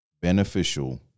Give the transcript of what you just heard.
beneficial